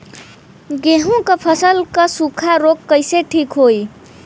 गेहूँक फसल क सूखा ऱोग कईसे ठीक होई?